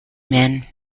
men